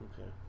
Okay